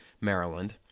Maryland